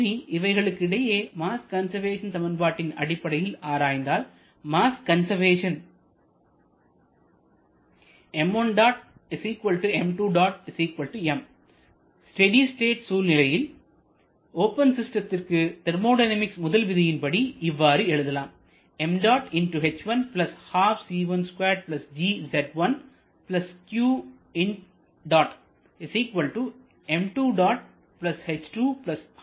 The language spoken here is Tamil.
இனி இவைகளுக்கு இடையே மாஸ் கன்சர்வேஷன் சமன்பாட்டின் அடிப்படையில் ஆராய்ந்தால் மாஸ் கன்சர்வேஷன் ஸ்டெடி ஸ்டேட் சூழ்நிலையில் ஓபன் சிஸ்டத்திற்கு தெர்மோடைனமிக்ஸ் முதல் விதியின்படி இவ்வாறுஎழுதலாம்